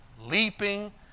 leaping